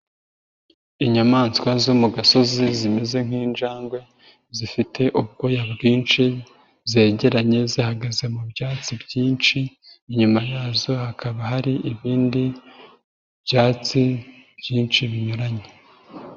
Inyamaswa zo mu gasozi zimeze nk'injangwe zifite ubwoya bwinshi zegeranye, zihagaze mu byatsi byinshi, inyuma yazo hakaba hari ibindi byatsi byinshi binyuranye.